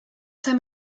time